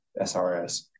SRS